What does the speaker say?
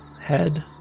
head